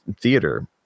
theater